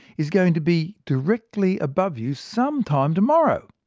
is going to be directly above you sometime tomorrow.